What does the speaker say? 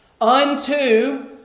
Unto